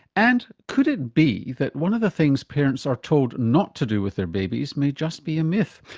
and could it be that one of the things parents are told not to do with their babies may just be a myth?